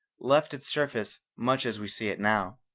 left its surface much as we see it now.